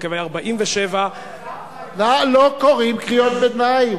וקווי 47'. לא קוראים קריאות ביניים,